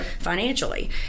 financially